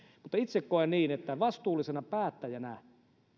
mutta itse koen niin että vastuullisena päättäjänä